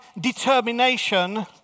determination